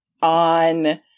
On